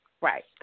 Right